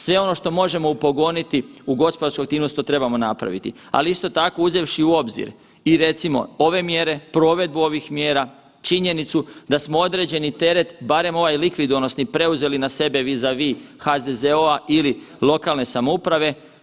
Sve ono što možemo upogoniti u gospodarsku aktivnost to trebamo napraviti, ali isto tako uzevši u obzir i recimo ove mjere, provedbu ovih mjera, činjenicu da smo određeni teret, barem ovaj likvidonosni, preuzeli na sebi vi za vi HZZO-a ili lokalne samouprave.